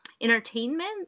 entertainment